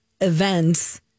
events